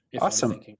Awesome